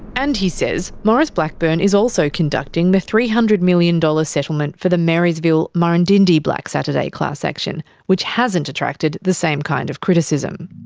and he says maurice blackburn is also conducting the three hundred million dollars settlement for the marysville-murrindindi black saturday class action, which hasn't attracted the same kind of criticism.